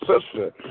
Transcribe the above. sister